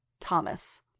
Thomas